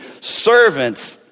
Servants